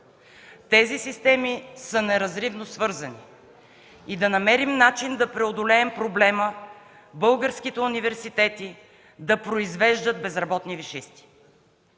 Тези системи са неразривно свързани и да намерим начин да преодолеем проблема българските университети да произвеждат безработни висшист.